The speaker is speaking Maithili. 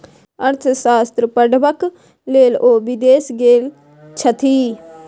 अर्थशास्त्र पढ़बाक लेल ओ विदेश गेल छथि